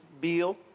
bill